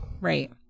right